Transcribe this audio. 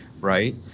right